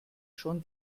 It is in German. schon